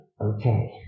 okay